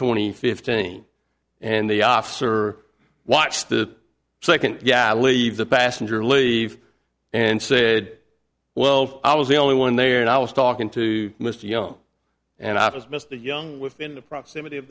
twenty fifteen and the officer watched the second yeah leave the passenger leave and said well i was the only one there and i was talking to mr young and i just missed the young within approximately of